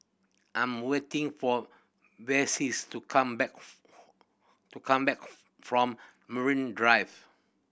I'm waiting for Vessie to come back to come back from Marine Drive